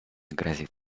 грозит